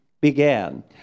began